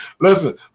Listen